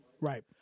right